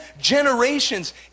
generations